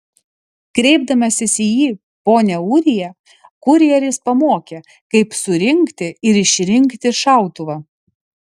kreipdamasis į jį pone ūrija kurjeris pamokė kaip surinkti ir išrinkti šautuvą